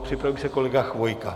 Připraví se kolega Chvojka.